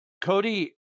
Cody